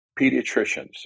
pediatricians